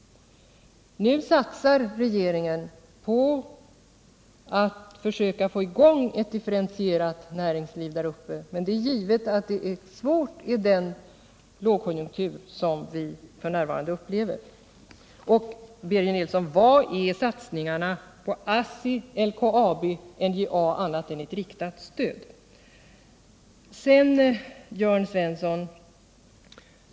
Nu satsar regeringen på att försöka få i gång ett differentierat näringsliv där uppe, men det är givetvis svårt i den lågkonjuktur som vi f. n. befinner oss i. Och, Birger Nilsson, vad är satsningarna på ASSI, LKAB och NJA annat än ett riktat stöd? Sedan till Jörn Svensson.